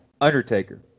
Undertaker